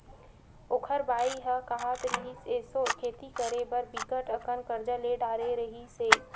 ओखर बाई ह काहत रिहिस, एसो खेती करे बर बिकट अकन करजा ले डरे रिहिस हे